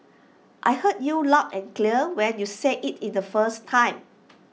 I heard you loud and clear when you said IT in the first time